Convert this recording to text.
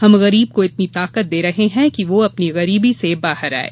हम गरीब को इतनी ताकत दे रहे हैं कि वह अपनी गरीबी से बाहर आये